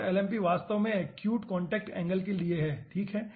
case2lmp वास्तव में acute contact angle के लिए है ठीक है